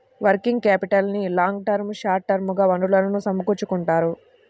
working క్యాపిటల్కి long term, short term గా వనరులను సమకూర్చుకుంటారు